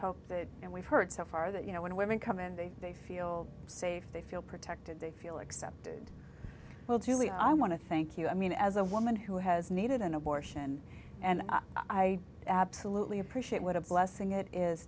hope that and we've heard so far that you know when women come in they they feel safe they feel protected they feel accepted well julie i want to thank you i mean as a woman who has needed an abortion and i absolutely appreciate what a blessing it is